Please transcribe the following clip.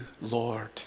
Lord